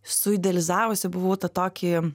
suidealizavusi buvau tą tokį